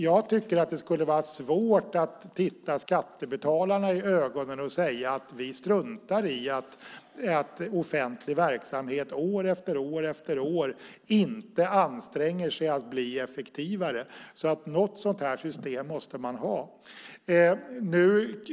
Jag tycker att det skulle vara svårt att titta skattebetalarna i ögonen och säga: Vi struntar i att offentlig verksamhet år efter år inte anstränger sig för att bli effektivare. Något sådant här system måste man ha.